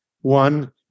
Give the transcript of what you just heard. One